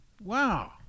Wow